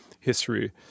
history